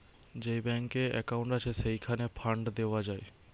যে ব্যাংকে একউন্ট আছে, সেইখানে ফান্ড দেওয়া যায়